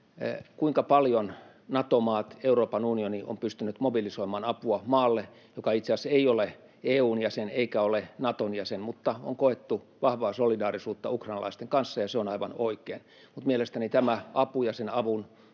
kuinka paljon Nato-maat, Euroopan unioni ovat pystyneet mobilisoimaan apua maalle, joka itse asiassa ei ole EU:n jäsen eikä ole Naton jäsen, mutta on koettu vahvaa solidaarisuutta ukrainalaisten kanssa, ja se on aivan oikein. Mielestäni tämä apu ja sen avun